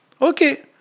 Okay